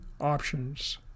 options